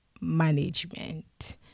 management